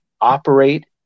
operate